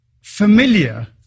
familiar